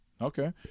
okay